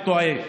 הוא טועה.